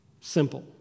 simple